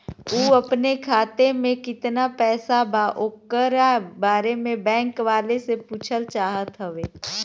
उ अपने खाते में कितना पैसा बा ओकरा बारे में बैंक वालें से पुछल चाहत हवे?